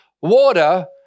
water